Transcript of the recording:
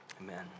Amen